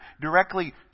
directly